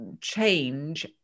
change